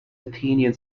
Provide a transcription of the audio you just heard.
athenian